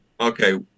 Okay